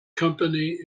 company